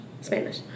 Spanish